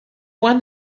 one